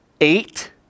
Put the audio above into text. eight